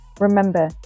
Remember